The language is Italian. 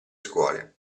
scuole